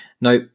Now